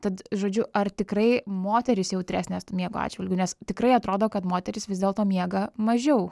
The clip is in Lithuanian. tad žodžiu ar tikrai moterys jautresnės miego atžvilgiu nes tikrai atrodo kad moterys vis dėlto miega mažiau